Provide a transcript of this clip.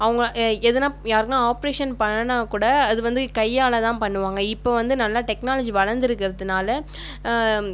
அவங்க எதனா யாருக்குனா ஆப்ரேஷன் பண்ணனுனால் கூட அது வந்து கையால் தான் பண்ணுவாங்க இப்போ வந்து நல்லா டெக்னாலஜி வளர்ந்துருக்கறதுனால